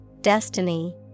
destiny